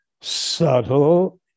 subtle